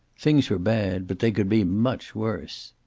things were bad, but they could be much worse.